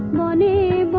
money